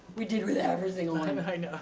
we did with everything like and